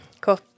Cool